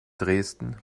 dresden